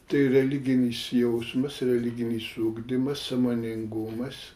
tai religinis jausmas religinis ugdymas sąmoningumas